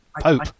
Pope